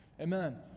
Amen